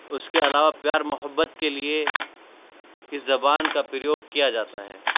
اس کے علاوہ پیار محبت کے لئے اس زبان کا پریوگ کیا جاتا ہے